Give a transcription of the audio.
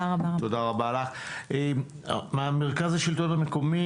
גברת דיין, מרכז השלטון המקומי,